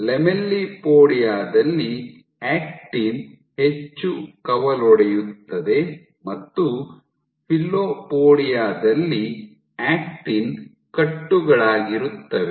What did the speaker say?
lamellipodia ದಲ್ಲಿ actin ಹೆಚ್ಚು ಕವಲೊಡೆಯುತ್ತದೆ ಮತ್ತು ಫಿಲೋಪೊಡಿಯಾ ದಲ್ಲಿ ಆಕ್ಟಿನ್ ಕಟ್ಟುಗಳಾಗಿರುತ್ತವೆ